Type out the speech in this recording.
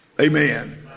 amen